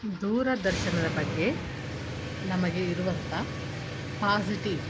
ದೂರದರ್ಶನದ ಬಗ್ಗೆ ನಮಗೆ ಇರುವಂಥ ಪಾಸಿಟಿವ್